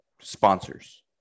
sponsors